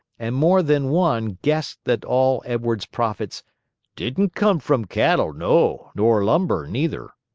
and more than one guessed that all edwards's profits didn't come from cattle, no, nor lumber, neither.